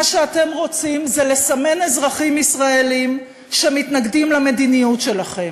מה שאתם רוצים זה לסמן אזרחים ישראלים שמתנגדים למדיניות שלכם.